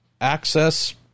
access